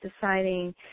deciding